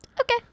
Okay